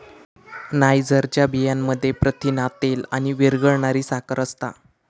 नायजरच्या बियांमध्ये प्रथिना, तेल आणि विरघळणारी साखर असता